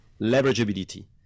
leverageability